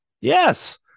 yes